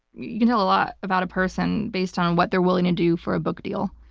you can tell a lot about a person based on what they're willing to do for a book deal.